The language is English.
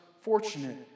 fortunate